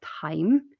time